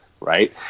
right